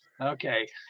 Okay